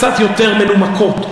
הדברים קצת יותר מנומקים.